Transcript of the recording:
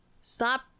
stop